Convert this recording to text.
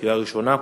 קריאה ראשונה,